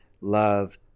Love